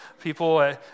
people